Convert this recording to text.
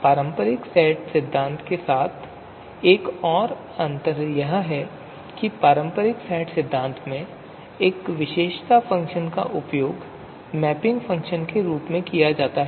पारंपरिक सेट सिद्धांत के साथ एक और अंतर यह है कि पारंपरिक सेट सिद्धांत में एक विशेषता फ़ंक्शन का उपयोग मैपिंग फ़ंक्शन के रूप में किया जाता है